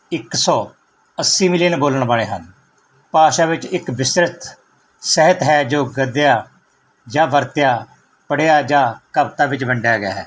ਇਕ ਸੌ ਅੱਸੀ ਮਿਲੀਅਨ ਬੋਲਣ ਵਾਲੇ ਹਨ ਭਾਸ਼ਾ ਵਿੱਚ ਇੱਕ ਵਿਸਰਿਤ ਸਹਿਤ ਹੈ ਜੋ ਗੱਦਿਆ ਜਾਂ ਵਰਤਿਆ ਪੜ੍ਹਿਆ ਜਾਂ ਕਵਿਤਾ ਵਿੱਚ ਵੰਡਿਆ ਗਿਆ ਹੈ